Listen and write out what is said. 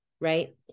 right